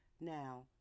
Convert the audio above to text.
Now